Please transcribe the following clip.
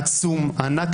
אדוני היושב-ראש,